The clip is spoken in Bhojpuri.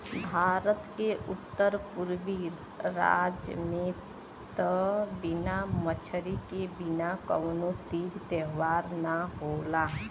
भारत के उत्तर पुरबी राज में त बिना मछरी के बिना कवनो तीज त्यौहार ना होला